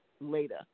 later